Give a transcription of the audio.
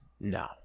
No